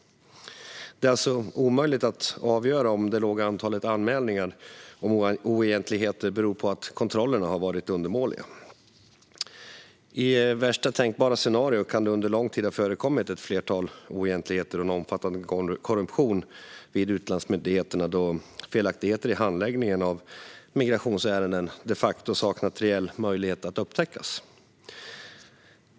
Det är alltså omöjligt att avgöra om det låga antalet anmälningar om oegentligheter beror på att kontrollerna varit undermåliga. I värsta tänkbara scenario kan det under lång tid ha förekommit ett flertal oegentligheter och en omfattande korruption vid utlandsmyndigheterna då det de facto saknats reell möjlighet att upptäcka felaktigheter i handläggningen av migrationsärenden.